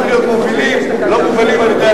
צריך להיות מובילים ולא מובלים על-ידי,